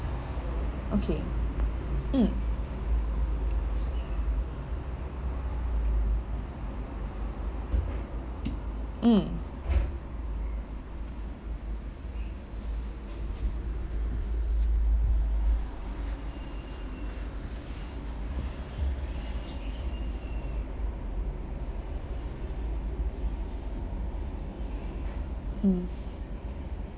okay mm mm mm